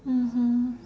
mmhmm